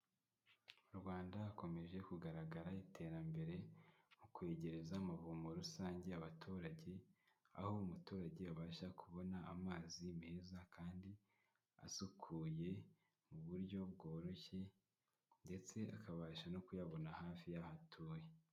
Mu Rwanda hakomeje kugaragara iterambere, mu kwegereza amavomo rusange abaturage aho umuturage abasha kubona amazi meza kandi asukuye, mu buryo bworoshye ndetse akabasha no kuyabona hafi y'aho atuye.